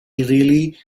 really